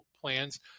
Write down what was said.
plans